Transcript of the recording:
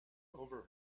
over